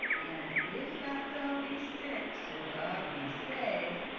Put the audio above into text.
and if that thou be sick, so god me save,